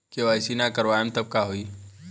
KYC ना करवाएम तब का होई?